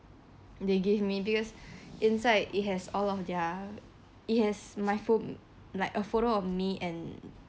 they gave me because inside it has all of their it has my pho~ like a photo of me and